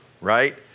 right